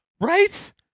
right